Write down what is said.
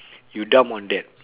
you dump on that